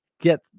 get